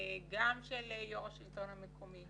גם של יו"ר השלטון המקומי